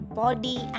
body